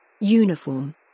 Uniform